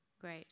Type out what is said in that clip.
Great